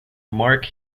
mark